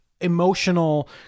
emotional